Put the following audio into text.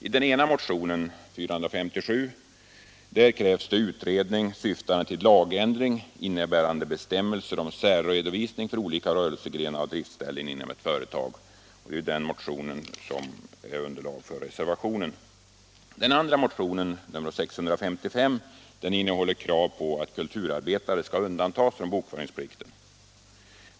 I den ena motionen, nr 457, krävs utredning syftande till lagändring som innebär bestämmelser om särredovisning för olika rörelsegrenar och driftställen inom ett företag; det är denna motion som är underlag för reservationen. Den andra motionen, nr 655, innehåller krav på att kulturarbetare skall undantas från bokföringsplikten.